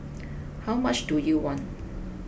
how much do you want